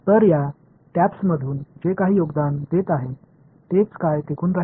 तर या टॅप्समधून जे काही योगदान देत आहे तेच काय टिकून राहील